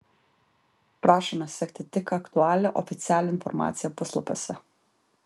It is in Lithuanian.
prašome sekti tik aktualią oficialią informaciją puslapiuose